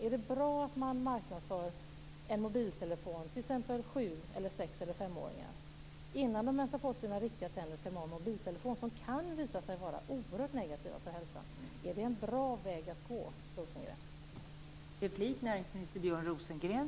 Är det bra att man marknadsför en mobiltelefon till t.ex. fem-, sex eller sjuåringar? Innan de ens har fått sina riktiga tänder ska de ha en mobiltelefon som kan visa sig vara oerhört negativ för hälsan. Är det en bra väg att gå, Rosengren?